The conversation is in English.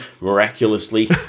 miraculously